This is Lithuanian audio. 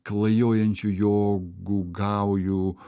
klajojančių jogų gaujų